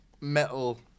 metal